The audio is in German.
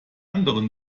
andere